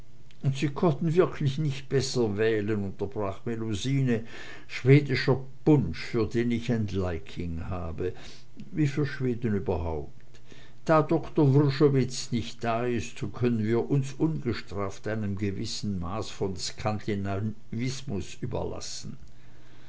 und sie konnten wirklich nicht besser wählen unterbrach melusine schwedischer punsch für den ich ein liking habe wie für schweden überhaupt da doktor wrschowitz nicht da ist können wir uns ungestraft einem gewissen maß von skandinavismus überlassen